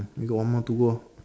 we got one more to go